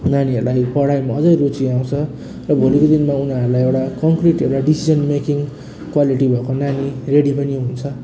नानीहरूलाई पढाइमा अझै रुचि आउँछ र भोलिको दिनमा उनीहरूलाई एउटा कन्क्रिट एउटा डिसिसन मेकिङ क्वालिटी भएको नानी रेडी पनि हुन्छ